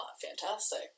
fantastic